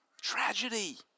Tragedy